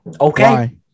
Okay